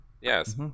Yes